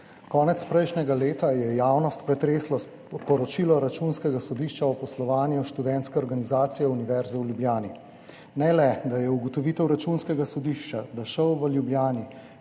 Konec prejšnjega leta je javnost pretreslo poročilo Računskega sodišča o poslovanju Študentske organizacije Univerze v Ljubljani. Ne le da je ugotovitev Računskega sodišča, da ŠOU v Ljubljani